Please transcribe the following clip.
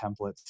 templates